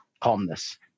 calmness